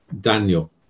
daniel